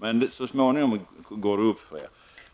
Men så småningom går det upp för er.